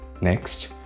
Next